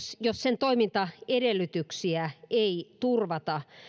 jos yrittäjyyden toimintaedellytyksiä ei turvata